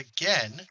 again